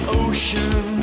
ocean